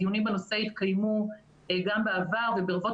התקיימו דיונים בנושא גם בעבר וברבות